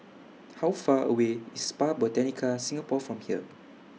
How Far away IS Spa Botanica Singapore from here